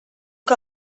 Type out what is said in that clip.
que